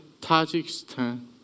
Tajikistan